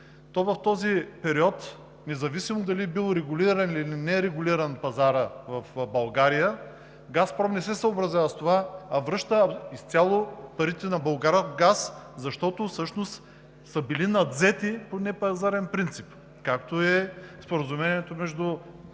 то в този период, независимо дали е бил регулиран или нерегулиран пазарът в България, Газпром не се съобразява с това, а връща изцяло парите на Булгаргаз, защото всъщност са били надвзети по непазарен принцип, каквото е споразумението между